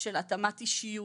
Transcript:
של התאמת אישיות,